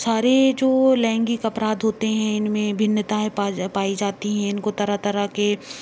सारे जो लैंगिक अपराध होते हें इनमें भिन्नताऍं पाई जाती हैं इनको तरह तरह के